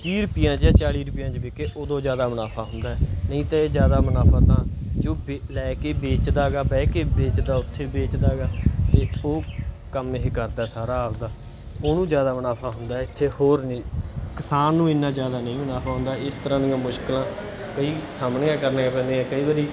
ਤੀਹ ਰੁਪਇਆਂ ਜਾਂ ਚਾਲੀ ਰੁਪਇਆਂ 'ਚ ਵਿਕੇ ਉਦੋਂ ਜ਼ਿਆਦਾ ਮੁਨਾਫਾ ਹੁੰਦਾ ਨਹੀਂ ਤਾਂ ਜ਼ਿਆਦਾ ਮੁਨਾਫਾ ਤਾਂ ਜੋ ਵੇ ਲੈ ਕੇ ਵੇਚਦਾ ਹੈਗਾ ਬਹਿ ਕੇ ਵੇਚਦਾ ਉੱਥੇ ਵੇਚਦਾ ਗਾ ਅਤੇ ਉਹ ਕੰਮ ਇਹ ਕਰਦਾ ਸਾਰਾ ਆਪਦਾ ਉਹਨੂੰ ਜ਼ਿਆਦਾ ਮੁਨਾਫਾ ਹੁੰਦਾ ਇੱਥੇ ਹੋਰ ਨਹੀਂ ਕਿਸਾਨ ਨੂੰ ਐਨਾ ਜ਼ਿਆਦਾ ਨਹੀਂ ਮੁਨਾਫਾ ਹੁੰਦਾ ਇਸ ਤਰ੍ਹਾਂ ਦੀਆਂ ਮੁਸ਼ਕਲਾਂ ਕਈ ਸਾਹਮਣੇ ਕਰਨੀਆਂ ਪੈਂਦੀਆਂ ਕਈ ਵਾਰੀ